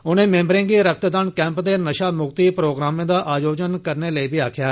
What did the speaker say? उनें मेंबरें गी रक्तदान कैंप ते नषा मुक्ति प्रोग्रामें दा आयोजन करने तांई बी आक्खेआ